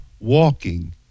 walking